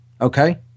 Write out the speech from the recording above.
Okay